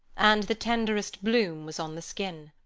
and the tenderest bloom was on the skin.